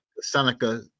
Seneca